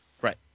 Right